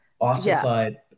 ossified